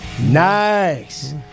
Nice